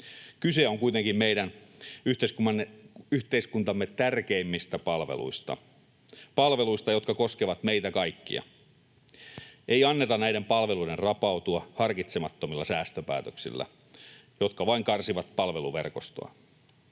Kyse on kuitenkin meidän yhteiskuntamme tärkeimmistä palveluista, palveluista jotka koskevat meitä kaikkia. Ei anneta näiden palveluiden rapautua harkitsemattomilla säästöpäätöksillä, jotka vain karsivat palveluverkostoa.